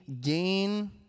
gain